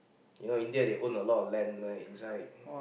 you know India they own a lot of land right inside